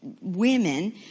women